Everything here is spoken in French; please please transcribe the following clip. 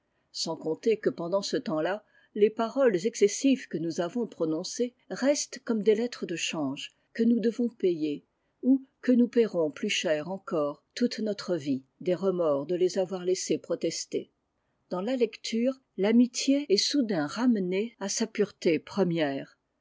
sans compter que pendant ce temps-là les paroles excessives que nous avons prononcées restent comme des lettres de change que nous devons payer ou que nous paierons plus cher encore toute notre vie des remords de les avoir laissé protester dans la lecture l'amitié est soudain ramenée à sa pureté première